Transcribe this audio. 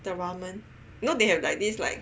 the ramen know they have like this like